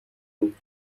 بود